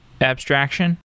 abstraction